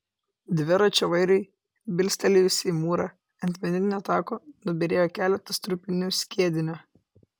dviračio vairui bilstelėjus į mūrą ant medinio tako nubyrėjo keletas trupinių skiedinio